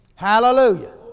Hallelujah